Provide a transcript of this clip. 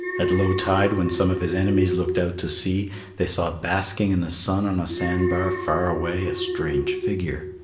at low tide when some of his enemies looked out to sea they saw basking in the sun on a sand-bar far away a strange figure.